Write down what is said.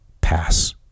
pass